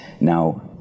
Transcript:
Now